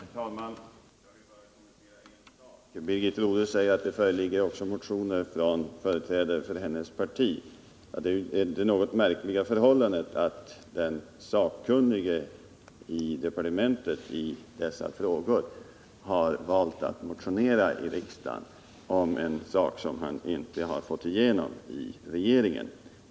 Herr talman! Jag vill bara kommentera en sak. Birgit Rodhe säger att det föreligger motioner också från företrädare för hennes parti. Man kan notera det något märkliga förhållandet att den sakkunnige i departementet i dessa frågor har valt att motionera i riksdagen om en sak som han inte har fått igenom i regeringen.